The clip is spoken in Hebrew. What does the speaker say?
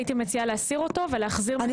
הייתי מציעה להסיר אותו ולהחזיר מחדש --- אני